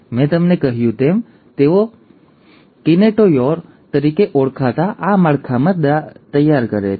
મેં તમને કહ્યું તેમ તેઓ કિનેટોચોર તરીકે ઓળખાતા આ માળખા દ્વારા તે કરે છે